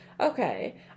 Okay